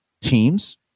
teams